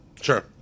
Sure